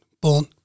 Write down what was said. born